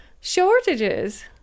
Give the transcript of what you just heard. shortages